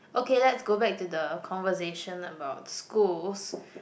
okay let's go back to the conversation about schools